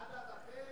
עד אז אתם